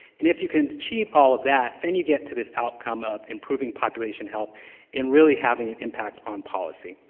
and if you can achieve all of that, then you get to this outcome of improving population health and really having an impact on policy.